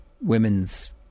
women's